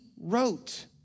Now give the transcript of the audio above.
wrote